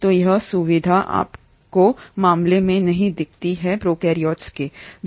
तो यह सुविधा आपको मामले में नहीं दिखती है प्रोकैर्योसाइटों